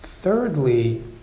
Thirdly